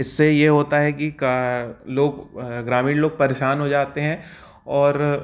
इससे ये होता है कि लोग ग्रामीण लोग परेशान हो जाते हैं और